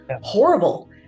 horrible